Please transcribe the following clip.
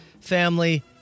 family